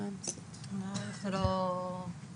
את יודעת להגיד?